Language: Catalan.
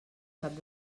cap